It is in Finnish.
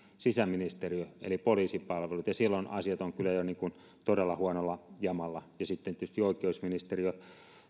sisäministeriö eli poliisipalvelut silloin asiat ovat kyllä jo todella huonolla jamalla ja sitten tietysti oikeusministeriö